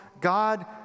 God